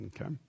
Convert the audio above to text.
Okay